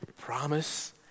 promise